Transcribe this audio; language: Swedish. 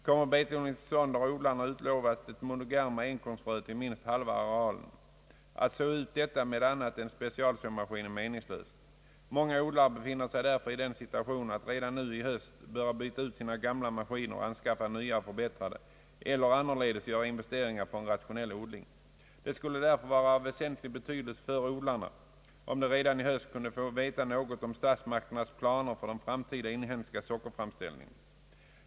Kommer betodling till stånd har odlarna utlovats det monogerma enkornsfröet till minst halva arealen. Att så ut detta med annat än specialsåmaskin är meningslöst. Många odlare befinner sig därför i den situationen att de redan nu i höst bör byta ut sina gamla maskiner och anskaffa nya och förbättrade eller annorledes göra investering för en rationell odling. Det skulle därför vara av väsentlig betydelse för odlarna om de redan i höst kunde få veta något om statsmakternas planer för den framtida inhemska sockerframställningen.